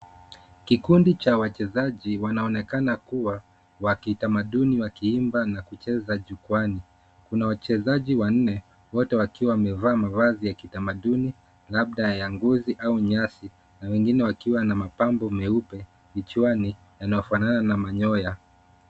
Kikundi cha wachezaji wanaonekana kuwa wa kitamaduni wakiimba na kucheza jukwaani. Kuna wachezaji wanne wote wakiwa wamevaa mavazi ya kitamaduni labda ya ngozi au nyasi na wengine wakiwa na mapambo meupe kichwani yanayofanana na manyoya.